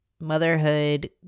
motherhood